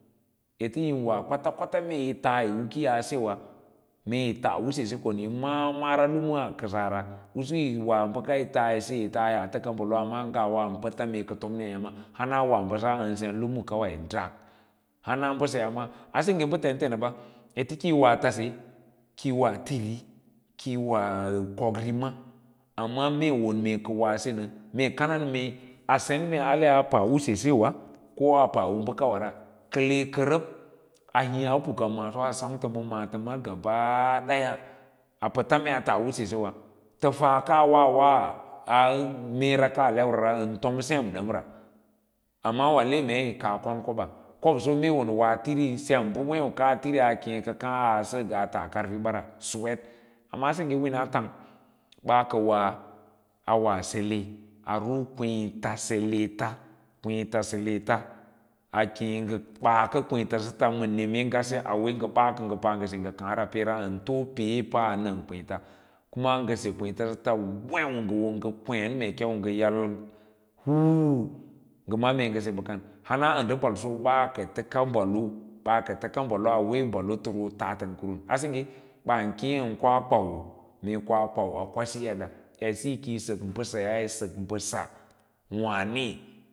Efe yin wa kwata kwata yí taa u ki yah bewa mee yí taan y sese kowa yí maa mara koa lumaa kəsaa ra u yi tas yi seyī tas yaa təka balo, amma ngawa ən pəts mee ka tonmia yǎma wān wa bəsaa ən sen lumu fiding dak hana mbəseyaa ma asengge bə tentenaɓa ete kiyi wa tase kəi wa tiri ki yi wa komrima amma mee won ka woa se nə, a sen mee ale pee u sesewa koa pa u bəakawa ra ka le kərəb ka hiĩyã puka maaso a sâutə ma maatəms gaba daya a pəta mee ta n sesewa təfas ko wo woa wa a meera kaa wora tom sem dəm ra, amma wâ le meī kaa kon koɓas kob so mee won kaa tiriwa sem bə, wêu kaa tiri a kem ka kaã a se a tas karfi ɓara sewet amma a sengge u winakawa ɓas kə wa bele a ru kweẽ ta sele ta, kweeta seleta a keme ko ngə ɓaakə kwěěta bəta ma neme ngase auwe ngə kaã ngə bas kə ngal se ra ən to pe’e paa nəng kwěěta kuma ngə se kwěěta səts wâu ngə ma’à mee ngə se ɓəkan hara ə ndə bako ɓaa ka təka balo ɓaa təka balo awee təroo tətən kurun a sengge ɓaa keẽ ən koa kwau a koa kwau a kwasi ef-a edsiyi kī yo sək mbəseyaa yī səg mbəsa wǎǎnw.